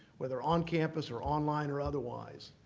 whether on campus or online or otherwise,